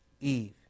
Eve